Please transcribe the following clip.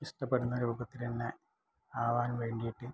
ഇഷ്ടപ്പെടുന്ന രൂപത്തിൽ തന്നെ ആവാൻ വേണ്ടിയിട്ട്